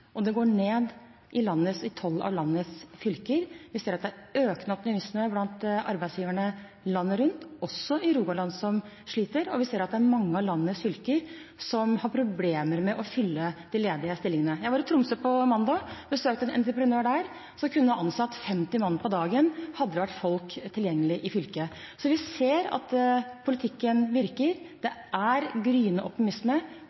går ned i tolv av landets fylker. Vi ser at det er økende optimisme blant arbeidsgiverne landet rundt, også i Rogaland, som sliter. Og vi ser at det er mange av landets fylker som har problemer med å fylle de ledige stillingene. Jeg var i Tromsø på mandag og besøkte en entreprenør der som kunne ansatt 50 mann på dagen hadde det vært folk tilgjengelig i fylket. Så vi ser at politikken virker. Det er gryende optimisme.